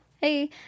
hey